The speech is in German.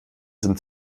sind